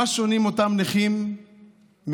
במה שונים אותם נכים מאזרח?